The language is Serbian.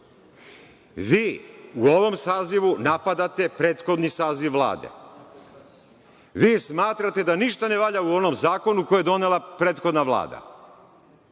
Vi, u ovom sazivu napadate prethodni saziv Vlade. Vi smatrate da ništa ne valja u onom zakonu koji je donela prethodna Vlada.